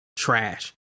trash